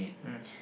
mm